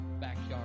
backyard